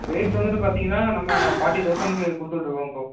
rate வந்துட்டு பார்த்தீங்கன்னா நம்ம ஃபார்ட்டி தௌசணுக்கு கொடுத்துட்டுருக்கோம் ப்ரோ